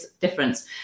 Difference